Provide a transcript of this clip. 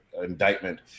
Indictment